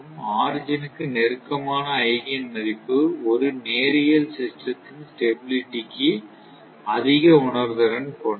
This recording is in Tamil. ஆரிஜினுக்கு நெருக்கமான ஐகேன் மதிப்பு ஒரு நேரியல் ஸிஸ்டெத்தின் ஸ்டெபிலிட்டிக்கு அதிக உணர்திறன் கொண்டது